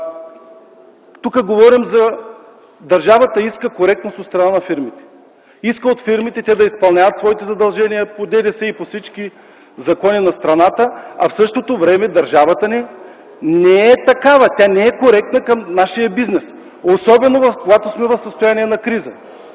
Тук говорим, че държавата иска коректност от страна на фирмите, иска от фирмите те да изпълняват своите задължения по ДДС и по всички закони на страната, а в същото време държавата ни не е такава, тя не е коректна към нашия бизнес, особено когато сме в състояние на криза.